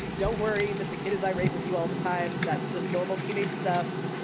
don't worry that the kid is irate with you all the time. that's just normal teenage stuff.